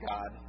God